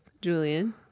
Julian